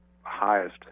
highest